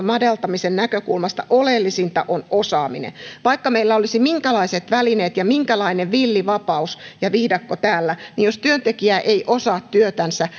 madaltamisen näkökulmasta oleellisinta on osaaminen vaikka meillä olisi minkälaiset välineet ja minkälainen villi vapaus ja viidakko täällä niin jos työntekijä ei osaa työtänsä